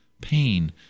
pain